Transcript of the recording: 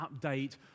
update